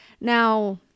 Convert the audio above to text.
Now